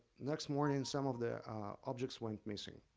next morning some of the objects went missing.